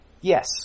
Yes